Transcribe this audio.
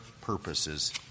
purposes